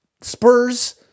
spurs